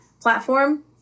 platform